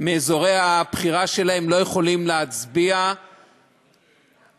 מאזורי הבחירה שלהם, לא יכולים להצביע, הבקשה,